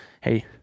hey